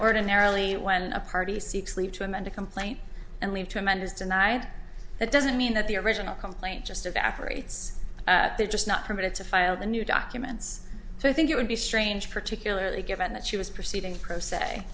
ordinarily when a party seeks leave to amend a complaint and leave tremendous denied that doesn't mean that the original complaint just evaporates they're just not permitted to file the new documents so i think it would be strange particularly given that she was proceeding pro se